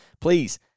Please